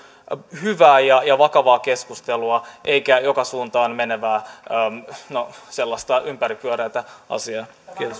hyvää ja ja vakavaa keskustelua enkä joka suuntaan menevää no sellaista ympäripyöreätä asiaa